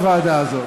לטפל בו ולשפוט אותו?